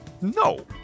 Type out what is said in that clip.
No